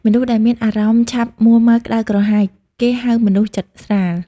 មនុស្សដែលមានអារម្មណ៍ឆាប់មួរម៉ៅក្តៅក្រហាយ គេហៅមនុស្សចិត្តស្រាល ។